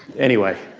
anyway.